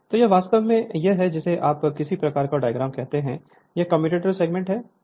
Refer Slide Time 2041 तो यह वास्तव में है जिसे आप किसी प्रकार का डायग्राम कहते हैं यह कम्यूटेटर सेगमेंट है